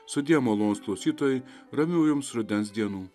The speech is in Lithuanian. sudie malonūs klausytojai ramių jums rudens dienų